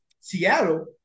Seattle